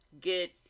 get